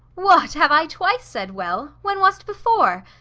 what! have i twice said well? when was't before?